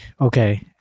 Okay